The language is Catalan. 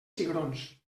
cigrons